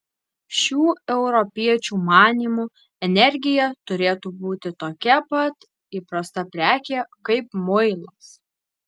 šių europiečių manymu energija turėtų būti tokia pat įprasta prekė kaip muilas